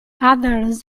others